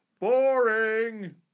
boring